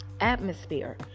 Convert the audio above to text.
atmosphere